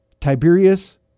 Tiberius